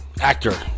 Actor